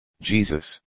Jesus